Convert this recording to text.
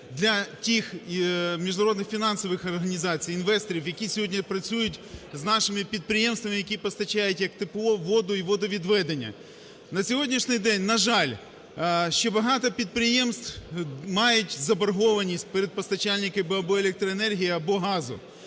для тих міжнародних фінансових організацій, інвесторів, які сьогодні працюють з нашими підприємствами, які постачають як тепло, воду і водовідведення. На сьогоднішній день, на жаль, ще багато підприємств мають заборгованість перед постачальниками або електроенергії, або газу.